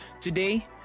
Today